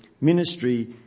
ministry